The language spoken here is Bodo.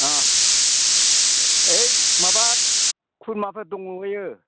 अ ओइ माबा खुरमाफोर दंहैयो